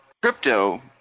crypto